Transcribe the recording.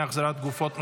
אי-החזרת גופות מחבלים),